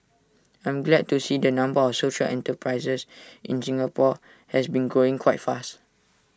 I'm glad to see the number of social enterprises in Singapore has been growing quite fast